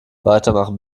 weitermachen